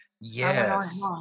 Yes